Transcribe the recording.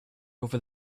over